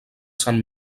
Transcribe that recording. sant